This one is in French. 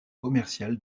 commercial